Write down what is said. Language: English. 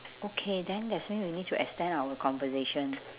okay then that's why we need to extend our conversation